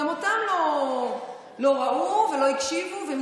גם אותם לא ראו ולא הקשיבו להם.